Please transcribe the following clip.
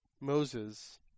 Moses